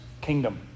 kingdom